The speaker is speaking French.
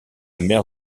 mer